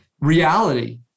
reality